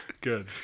Good